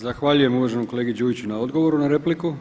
Zahvaljujem uvaženom kolegi Đujiću na odgovoru na repliku.